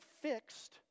fixed